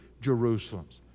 Jerusalems